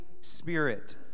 Spirit